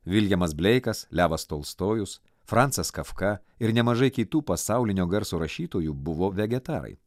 villjamas bleikas levas tolstojus francas kafka ir nemažai kitų pasaulinio garso rašytojų buvo vegetarai